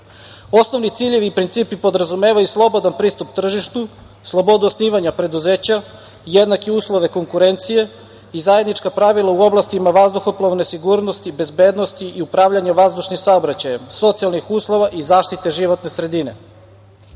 godine. Osnovni ciljevi principi podrazumevaju slobodan pristup tržištu, slobodu osnivanja preduzeća, jednake uslove konkurencije i zajednička pravila u oblastima vazduhoplovne sigurnosti, bezbednosti i upravljanja vazdušnim saobraćajem, socijalnih uslova i zaštite životne sredine.